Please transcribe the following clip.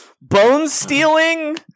Bone-stealing